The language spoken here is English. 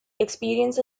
experience